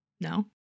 no